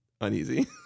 uneasy